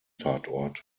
tatort